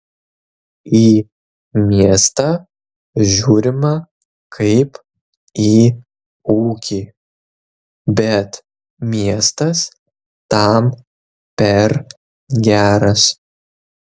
į miestą žiūrima kaip į ūkį bet miestas tam per geras